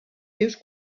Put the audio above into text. seus